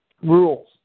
rules